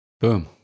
Boom